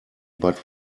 but